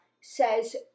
says